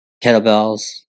kettlebells